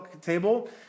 table